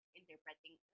interpreting